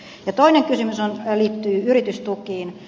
toinen kysymys liittyy yritystukiin